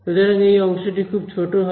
সুতরাং এই অংশটি খুব ছোট হবে